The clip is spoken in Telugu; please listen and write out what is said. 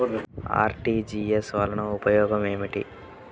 అర్.టీ.జీ.ఎస్ వలన ఉపయోగం ఏమిటీ?